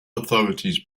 authorities